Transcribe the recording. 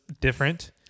different